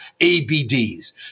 ABDs